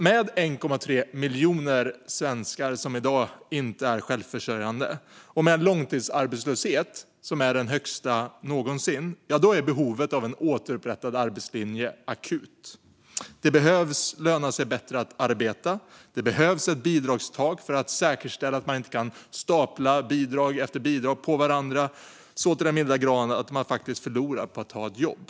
Med 1,3 miljoner svenskar som i dag inte är självförsörjande och med en långtidsarbetslöshet som är den högsta någonsin är behovet av en återupprättad arbetslinje akut. Det behöver löna sig bättre att arbeta. Det behövs ett bidragstak för att säkerställa att man inte kan stapla bidrag på varandra så till den milda grad att man faktiskt förlorar på att ta ett jobb.